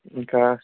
ఇంకా